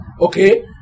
Okay